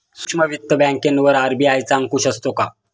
सूक्ष्म वित्त बँकेवर आर.बी.आय चा अंकुश असतो का?